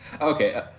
okay